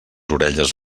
orelles